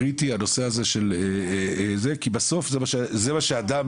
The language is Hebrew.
אני חושב שזה קריטי כי בסוף זה מה שאדם